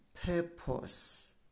purpose